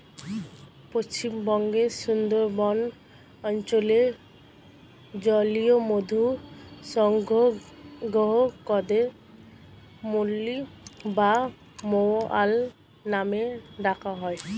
পশ্চিমবঙ্গের সুন্দরবন অঞ্চলে জংলী মধু সংগ্রাহকদের মৌলি বা মৌয়াল নামে ডাকা হয়